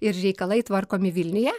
ir reikalai tvarkomi vilniuje